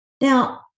Now